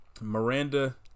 Miranda